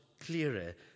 clearer